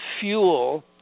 fuel